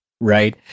right